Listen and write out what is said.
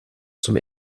zum